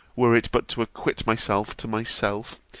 were it but to acquit myself to myself,